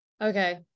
Okay